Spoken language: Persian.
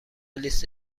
لیست